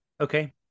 Okay